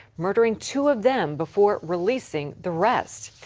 murdering two of them before releasing the rest.